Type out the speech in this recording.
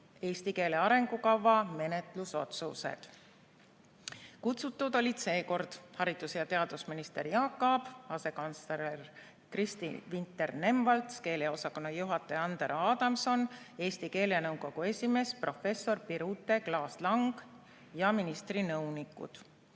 eesti keele arengukava menetlusotsused. Kutsutud olid seekord haridus- ja teadusminister Jaak Aab, asekantsler Kristi Vinter-Nemvalts, keeleosakonna juhataja Andero Adamson, Eesti keelenõukogu esimees professor Birute Klaas-Lang ja ministri nõunikud.